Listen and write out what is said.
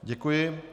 Děkuji.